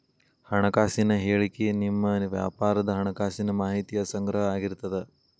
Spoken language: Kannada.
ಹಣಕಾಸಿನ ಹೇಳಿಕಿ ನಿಮ್ಮ ವ್ಯಾಪಾರದ್ ಹಣಕಾಸಿನ ಮಾಹಿತಿಯ ಸಂಗ್ರಹ ಆಗಿರ್ತದ